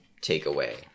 takeaway